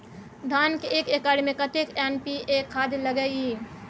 धान के एक एकर में कतेक एन.पी.ए खाद लगे इ?